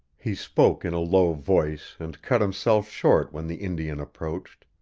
he spoke in a low voice and cut himself short when the indian approached.